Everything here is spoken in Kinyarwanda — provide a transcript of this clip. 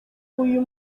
uyu